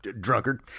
drunkard